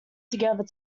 together